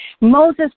Moses